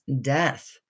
death